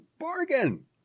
bargain